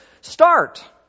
start